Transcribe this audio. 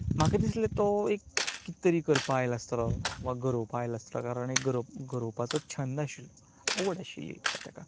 म्हाका दिसलें तो एक कितें तरी करपाक आयला आसतलो वा गरोवपाक आयला आसतलो कारण एक गरोव गरोवपाचो छंद आशिल्लो आवड आशिल्ली एक ताका